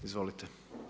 Izvolite.